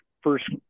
first